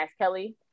Kelly